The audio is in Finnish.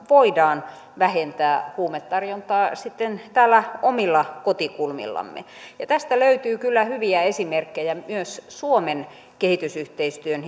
voidaan vähentää huumetarjontaa sitten täällä omilla kotikulmillamme tästä löytyy kyllä hyviä esimerkkejä myös suomen kehitysyhteistyön